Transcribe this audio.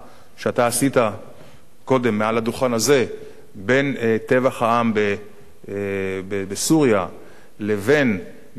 שאתה עשית קודם מעל הדוכן הזה בין טבח העם בסוריה לבין מבצע